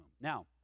Now